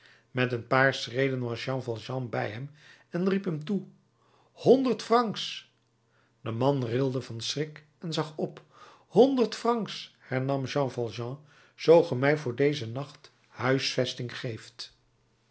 met een paar schreden was jean valjean bij hem en riep hem toe honderd francs de man rilde van schrik en zag op honderd francs hernam jean valjean zoo ge mij voor dezen nacht huisvesting geeft